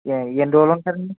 ఏ ఎన్ని రోజులు ఉంటారండి